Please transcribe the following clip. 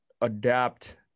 adapt